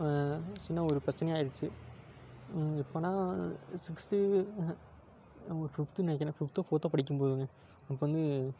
சின்ன ஒரு பிரச்சினை ஆகிருச்சி எப்போன்னா சிக்ஸ்த்து ஆஹ ஒரு ஃபிஃப்த்து நினைக்கிறேன் ஃபிஃப்த்தோ ஃபோர்த்தோ படிக்கும்போதுங்க அப்போ வந்து